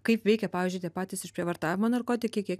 kaip veikia pavyzdžiui tie patys išprievartavimo narkotikai kiek